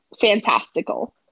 fantastical